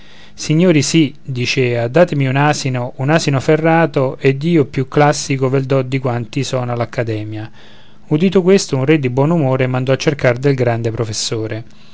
signori sì dicea datemi un asino un asino ferrato ed io più classico vel do di quanti sono all'accademia udito questo un re di buon umore mandò a cercar del grande professore